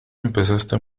empezaste